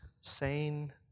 sane